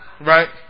Right